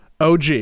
og